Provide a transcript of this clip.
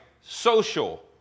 social